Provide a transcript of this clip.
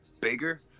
bigger